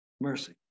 Mercy